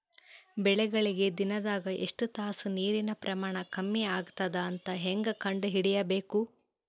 ಬೆಳಿಗಳಿಗೆ ದಿನದಾಗ ಎಷ್ಟು ತಾಸ ನೀರಿನ ಪ್ರಮಾಣ ಕಮ್ಮಿ ಆಗತದ ಅಂತ ಹೇಂಗ ಕಂಡ ಹಿಡಿಯಬೇಕು?